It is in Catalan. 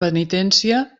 penitència